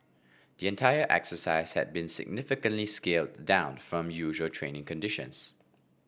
the entire exercise had been significantly scaled down from usual training conditions